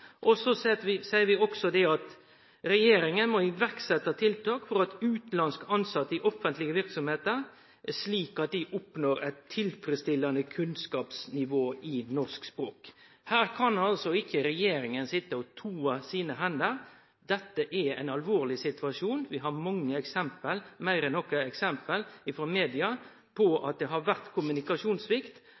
Og så seier vi også at regjeringa må setje i verk tiltak for utanlandske tilsette i offentlege verksemder slik at dei oppnår eit tilfredstillande kunnskapsnivå i norsk språk. Her kan ikkje regjeringa sitje og fråskrive seg alt ansvar. Dette er ein alvorleg situasjon. Vi har meir enn nok eksempel frå media på at det har vore kommunikasjonssvikt,